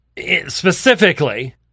specifically